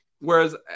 Whereas